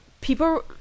people